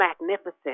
magnificent